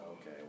okay